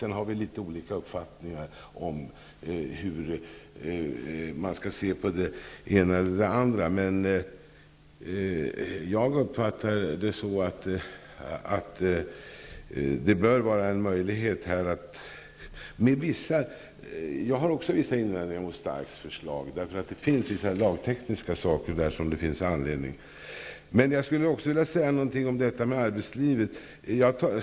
Sedan har vi litet olika uppfattningar om hur man skall se på det ena eller det andra. Jag har också vissa invändningar mot Starks förslag. Man kan anmärka på vissa lagtekniska detaljer. Men jag skulle också vilja säga något om arbetslivet.